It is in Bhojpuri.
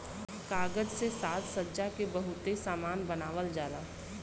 कागज से साजसज्जा के बहुते सामान बनावल जाला